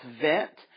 vent